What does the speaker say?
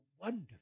Wonderful